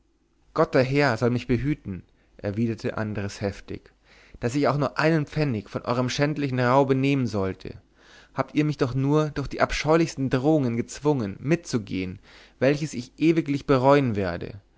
gott der herr soll mich behüten erwiderte andres heftig daß ich auch nur einen pfennig von eurem schändlichen raube nehmen sollte habt ihr mich doch nur durch die abscheulichsten drohungen gezwungen mitzugehen welches ich ewiglich bereuen werde